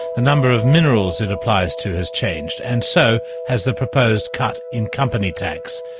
the number of minerals it applies to has changed and so has the proposed cut in company tax.